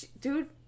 dude